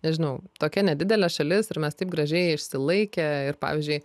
nežinau tokia nedidelė šalis ir mes taip gražiai išsilaikę ir pavyzdžiui